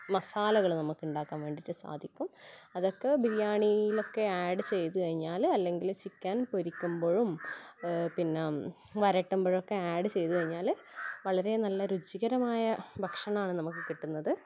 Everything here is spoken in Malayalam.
മസാലകൾ നമുക്ക് ഉണ്ടാക്കാൻ വേണ്ടിയിട്ട് സാധിക്കും അതൊക്കെ ബിരിയാണിലൊക്കെ ആഡ് ചെയ്ത് കഴിഞ്ഞാൽ അല്ലെങ്കിൽ ചിക്കൻ പൊരിക്കുമ്പോഴും പിന്നെ വരട്ടുമ്പോഴൊക്കെ ആഡ് ചെയ്ത് കഴിഞ്ഞാൽ വളരെ നല്ല രുചികരമായ ഭക്ഷണമാണ് നമുക്ക് കിട്ടുന്നത്